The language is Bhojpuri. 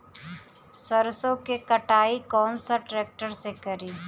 सरसों के कटाई कौन सा ट्रैक्टर से करी?